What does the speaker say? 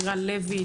לירן לוי,